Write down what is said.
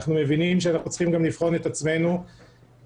אנחנו מבינים שאנחנו צריכים גם לבחון את עצמנו כל